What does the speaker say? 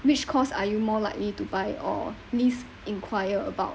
which course are you more likely to buy or least inquire about